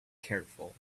careful